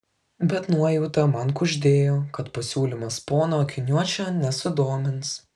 bet nuojauta man kuždėjo kad pasiūlymas pono akiniuočio nesudomins